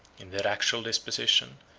in their actual disposition,